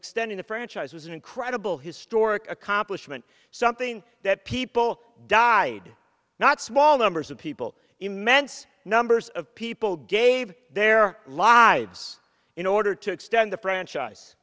extending the franchise was an incredible historic accomplishment something that people died not small numbers of people immense numbers of people gave their lives in order to extend the franchise